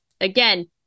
again